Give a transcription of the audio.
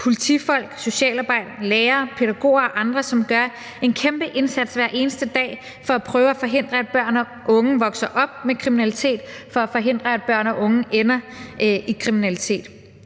politifolk, socialarbejdere, lærere, pædagoger og andre, som gør en kæmpe indsats hver eneste dag for at prøve at forhindre, at børn og unge vokser op med kriminalitet, og for at forhindre, at børn og unge ender i kriminalitet.